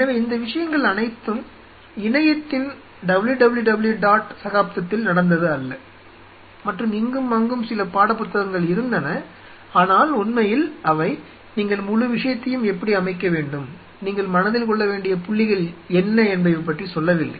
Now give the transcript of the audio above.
எனவே இந்த விஷயங்கள் அனைத்தும் இணையத்தின் www dot சகாப்தத்தில் நடந்தது அல்ல மற்றும் இங்கும் அங்கும் சில பாடப்புத்தகங்கள் இருந்தன ஆனால் உண்மையில் அவை நீங்கள் முழு விஷயத்தையும் எப்படி அமைக்கவேண்டும் நீங்கள் மனதில் கொள்ள வேண்டிய புள்ளிகள் என்ன என்பவை பற்றி சொல்லவில்லை